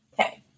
okay